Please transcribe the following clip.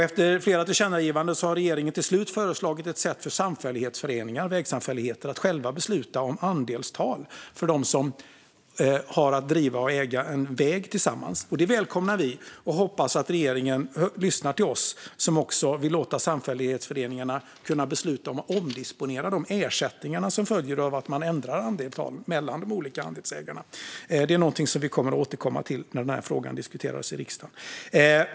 Efter flera tillkännagivanden har regeringen till slut föreslagit ett sätt för samfällighetsföreningar, vägsamfälligheter, att själva besluta om andelstal för dem som driver och äger en väg tillsammans. Det välkomnar vi. Och vi hoppas att regeringen lyssnar till oss som också vill låta samfällighetsföreningarna kunna besluta om att omdisponera de ersättningar som följer av att man ändrar andelstal mellan de olika andelsägarna. Det är något som vi kommer att återkomma till när denna fråga diskuteras i riksdagen.